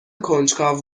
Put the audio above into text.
کنجکاو